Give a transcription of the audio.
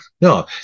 no